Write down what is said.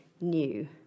new